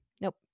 Nope